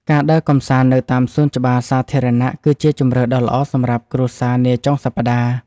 ការដើរកម្សាន្តនៅតាមសួនច្បារសាធារណៈ គឺជាជម្រើសដ៏ល្អសម្រាប់គ្រួសារនាចុងសប្តាហ៍។